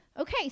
Okay